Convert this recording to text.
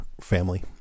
family